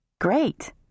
Great